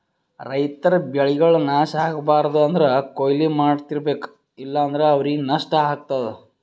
ರೈತರ್ ಬೆಳೆಗಳ್ ನಾಶ್ ಆಗ್ಬಾರ್ದು ಅಂದ್ರ ಕೊಯ್ಲಿ ಮಾಡ್ತಿರ್ಬೇಕು ಇಲ್ಲಂದ್ರ ಅವ್ರಿಗ್ ನಷ್ಟ ಆಗ್ತದಾ